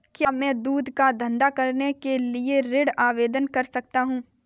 क्या मैं दूध का धंधा करने के लिए ऋण आवेदन कर सकता हूँ?